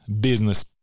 Business